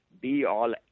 be-all